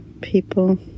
people